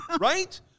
right